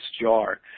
jar